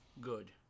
good